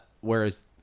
Whereas